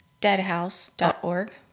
deadhouse.org